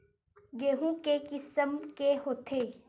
गेहूं के किसम के होथे?